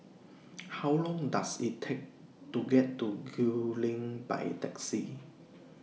How Long Does IT Take to get to Gul Lane By Taxi